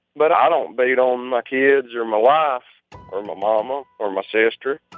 but i don't beat on my kids or my wife or my mama or my sister.